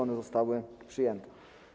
One zostały przyjęte.